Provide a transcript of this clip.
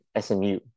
smu